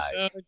guys